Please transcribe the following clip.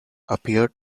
appeared